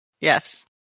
yes